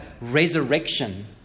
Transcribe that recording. resurrection